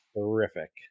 terrific